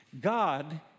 God